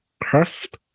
Crisp